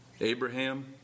Abraham